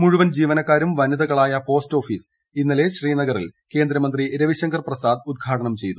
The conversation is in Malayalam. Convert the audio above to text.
മുഴുവൻ ജീവനക്കാരും വനിതകളായ പോസ്റ്റ്ഓഫീസ് ഇന്നലെ ശ്രീനഗറിൽ കേന്ദ്രമന്ത്രി രവിശങ്കർ പ്രസാദ് ഉദ്ഘാടനം ചെയ്തു